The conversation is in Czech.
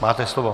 Máte slovo.